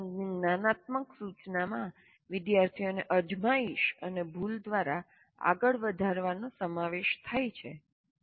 પ્રોગ્રામિંગની જ્ઞાનાત્મક સૂચનામાં વિદ્યાર્થીઓને અજમાયશ અને ભૂલ દ્વારા આગળ વધારવાનો સમાવેશ થાય છે